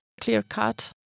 clear-cut